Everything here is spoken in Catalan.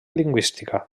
lingüística